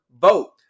Vote